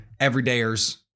Everydayers